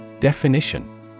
Definition